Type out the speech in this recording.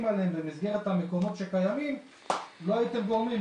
עליהם במסגרת המוקמות שקיימים לא הייתם גורמים,